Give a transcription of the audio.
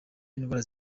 indwara